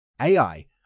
AI